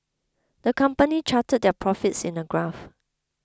the company charted their profits in a graph